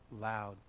loud